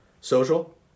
social